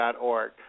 Org